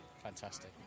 fantastic